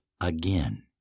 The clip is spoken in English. again